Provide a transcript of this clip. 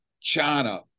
China